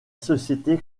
société